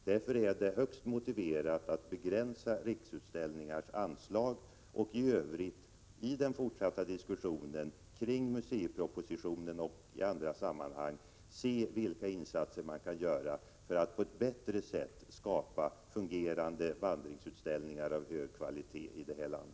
Därför är det högst motiverat att begränsa Riksutställningars anslag och i den fortsatta diskussionen kring museipropositionen och i andra sammanhang se vilka insatser man kan göra för att på ett bättre sätt skapa fungerande vandringsutställningar av hög kvalitet i vår land.